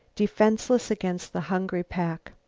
defenseless against the hungry pack.